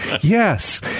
Yes